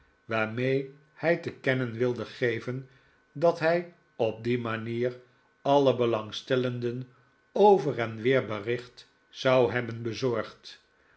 waarmee hij te kennen wilde geven dat hij op die manier alle belangstellenden over en weer bericht zou hebben bezorgd